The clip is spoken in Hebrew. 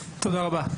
תודה רבה.